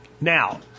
Now